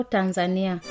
Tanzania